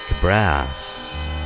Brass